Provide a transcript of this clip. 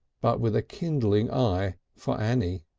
but with a kindling eye for annie.